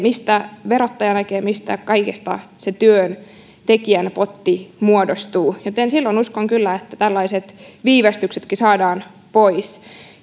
verottaja näkee mistä kaikesta se työntekijän potti muodostuu joten uskon kyllä että silloin tällaiset viivästykset saadaan pois